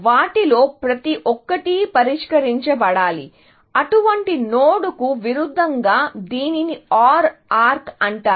వాటిలో ప్రతి ఒక్కటి పరిష్కరించబడాలి అటువంటి నోడ్కు విరుద్ధంగా దీనిని OR ఆర్క్ అంటారు